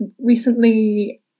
recently